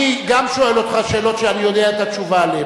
אני גם שואל אותך שאלות שאני יודע את התשובה עליהן.